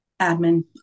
Admin